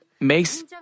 makes